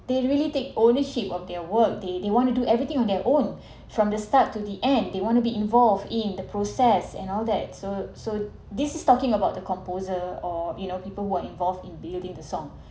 they really take ownership of their work they they want to do everything on their own from the start to the end they wanna be involved in the process and all that so so this is talking about the composer or you know people were involved in building the song